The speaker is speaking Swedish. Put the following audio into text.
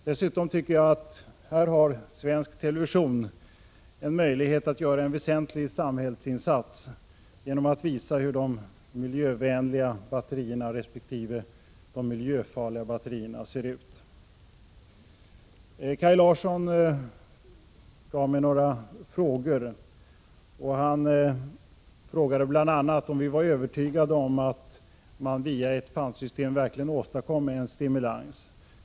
Dessutom tycker jag att svensk television här har en möjlighet att göra en väsentlig samhällsinsats genom att visa hur de miljövänliga batterierna resp. de miljöfarliga batterierna ser ut. Kaj Larsson gav mig några frågor. Han frågade bl.a. om vi var övertygade om att man via ett pantsystem verkligen åstadkom en stimulans.